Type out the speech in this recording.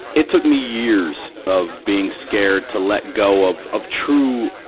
it took me years of being scared to let go of, of true,